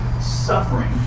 Suffering